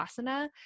asana